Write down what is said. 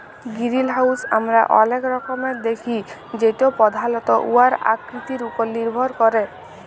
greenhouse আমরা অলেক রকমের দ্যাখি যেট পধালত উয়ার আকৃতির উপর লির্ভর ক্যরে